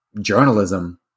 journalism